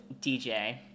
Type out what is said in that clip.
DJ